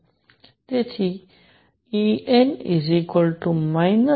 તેથી En 13